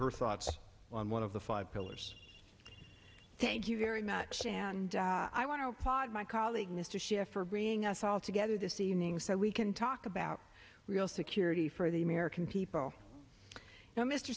her thoughts on one of the five pillars thank you very much and i want to applaud my colleague mr schiff for bringing us all together this evening so we can talk about real security for the american people now mr